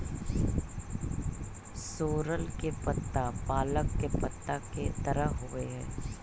सोरल के पत्ता पालक के पत्ता के तरह होवऽ हई